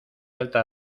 alta